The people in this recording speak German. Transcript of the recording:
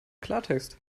klartext